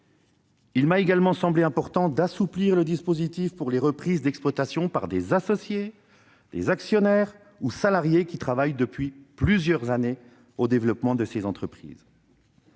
Il m'a également semblé important d'assouplir le dispositif prévu pour les reprises d'exploitation par des associés, actionnaires ou salariés qui travaillent depuis plusieurs années au développement de l'entreprise.